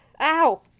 ow